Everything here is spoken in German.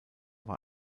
war